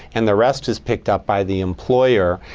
and the rest is picked up by the employer.